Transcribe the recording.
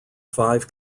five